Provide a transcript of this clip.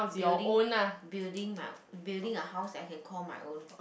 building building my building a house that I can call my own